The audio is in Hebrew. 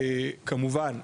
כמובן,